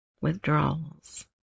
Withdrawals